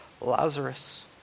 Lazarus